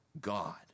God